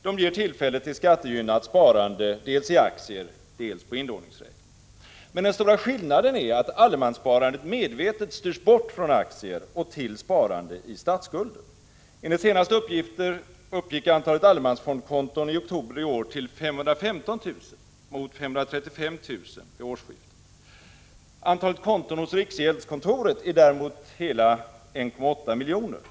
De ger tillfälle till skattegynnat sparande dels i aktier, dels på inlåningsräkning. Den stora skillnaden är att allemanssparandet medvetet styrs bort från aktier till sparande i statsskulden. Enligt de senaste uppgifterna uppgick antalet allemansfondkonton i oktober i år till 515 000, mot 535 000 vid årsskiftet. Antalet konton hos riksgäldskontoret är däremot hela 1,8 miljoner.